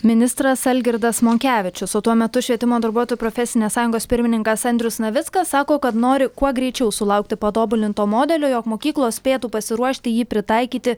ministras algirdas monkevičius o tuo metu švietimo darbuotojų profesinės sąjungos pirmininkas andrius navickas sako kad nori kuo greičiau sulaukti patobulinto modelio jog mokyklos spėtų pasiruošti jį pritaikyti